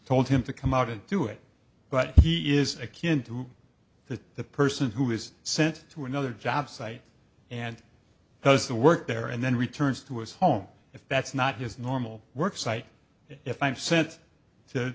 told him to come out and do it but he is a can too the person who is sent to another job site and does the work there and then returns to his home if that's not his normal work site if i'm sent to